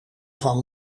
van